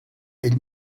ell